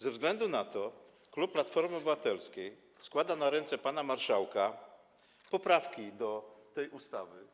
Ze względu na to klub Platformy Obywatelskiej składa na ręce pana marszałka poprawki do tej ustawy.